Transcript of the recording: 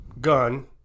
gun